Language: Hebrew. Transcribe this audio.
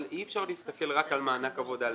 אבל אי אפשר להסתכל על מענק עבודה לבד.